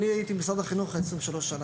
אני הייתי במשרד החינוך 23 שנים.